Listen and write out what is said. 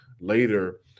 later